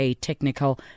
Technical